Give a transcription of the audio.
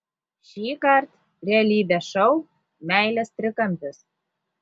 šįkart realybės šou meilės trikampis